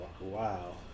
Wow